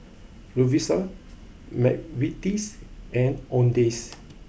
Lovisa McVitie's and Owndays